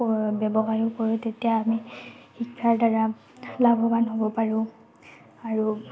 ব্যৱসায়ো কৰোঁ তেতিয়া আমি শিক্ষাৰ দ্বাৰা লাভৱান হ'ব পাৰোঁ আৰু